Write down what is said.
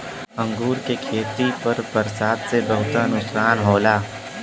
अंगूर के खेती पर बरसात से बहुते नुकसान होला